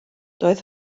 doedd